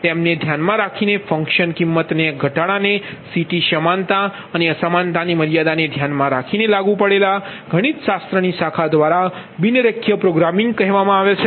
તેમને ધ્યાન્મા રાખીને ફંક્શન કિંમત ઘટાડાને CTસમાનતા અને અસમાનતાની મર્યાદાને ધ્યાનમાં રાખીને લાગુ પડેલા ગણિતશાસ્ત્રની શાખા દ્વારા બિન રેખીય પ્રોગ્રામિંગ કહેવામાં આવે છે